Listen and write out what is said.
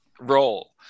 role